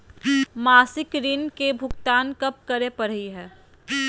मासिक ऋण के भुगतान कब करै परही हे?